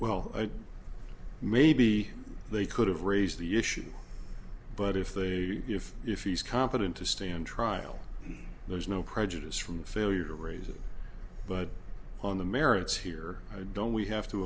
well maybe they could have raised the issue but if they if if he's competent to stand trial there's no prejudice from the failure to raise it but on the merits here i don't we have to